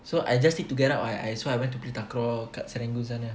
so I just need to get up I I so I went to play takraw kat serangoon sana